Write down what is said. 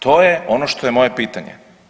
To je ono što je moje pitanje.